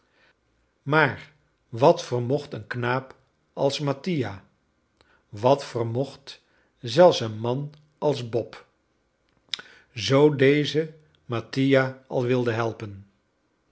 maar wat vermocht een knaap als mattia wat vermocht zelfs een man als bob zoo deze mattia al wilde helpen